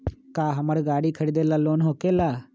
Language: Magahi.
का हमरा गारी खरीदेला लोन होकेला?